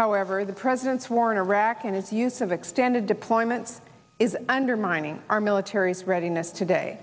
however the president's war in iraq and its use of extended deployments is undermining our military readiness today